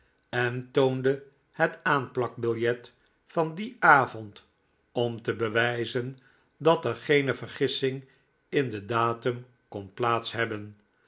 en toonde het aanplakbiljet van dien avond om te bewijzen dat er geene vergissing in den datum kon plaats hebben